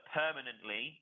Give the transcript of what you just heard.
permanently